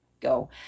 go